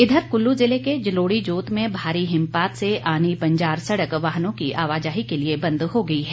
इधर कुल्लू जिले के जलोड़ी जोत में भारी हिमपात से आनी बंजार सड़क वाहनों की आवाजाही के लिए बंद हो गई है